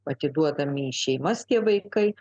atiduodami į šeimas tie vaikai